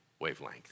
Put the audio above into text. wavelength